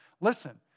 listen